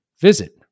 Visit